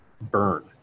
burn